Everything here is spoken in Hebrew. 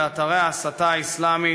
באתרי ההסתה האסלאמיים